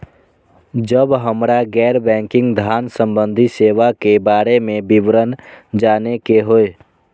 जब हमरा गैर बैंकिंग धान संबंधी सेवा के बारे में विवरण जानय के होय?